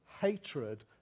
hatred